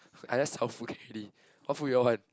I just helpful can already what food you all want